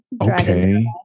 okay